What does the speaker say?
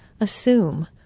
assume